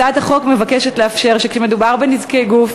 הצעת החוק מבקשת לאפשר שכאשר מדובר בנזקי גוף